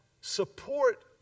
support